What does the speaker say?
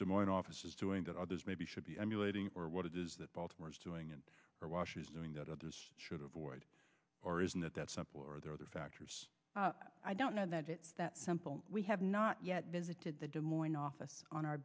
moines office is doing that others maybe should be emulating or what it is that baltimore's doing it or wash is doing that or does should avoid or isn't it that simple or are there other factors i don't know that it's that simple we have not yet visited the des moines office on our